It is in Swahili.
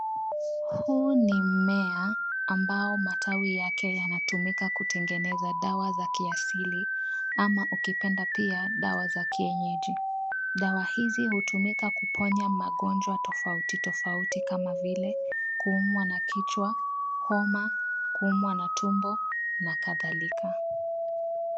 Huu ni mmea ambao matawi yake yanatumika kutengeneza dawa za kiasili ama ukipenda pia dawa za kienyeji. Dawa hizi hutumika kuponya magonjwa tofauti tofauti kama vile kuumwa na kichwa, homa, kuumwa na tumbo na kadhalika.